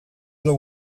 edo